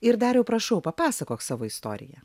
ir dariau prašau papasakok savo istoriją